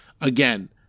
Again